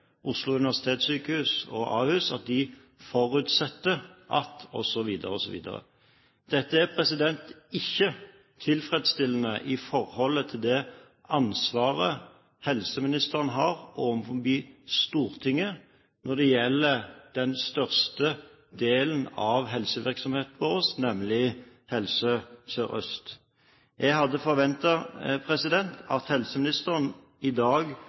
Oslo univeritetssykehus og Ahus, at de forutsetter at osv., osv. Dette er ikke tilfredsstillende i forhold til det ansvaret helseministeren har overfor Stortinget når det gjelder den største delen av helsevirksomheten vår, nemlig Helse Sør-Øst. Jeg hadde forventet at helseministeren i dag